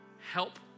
Help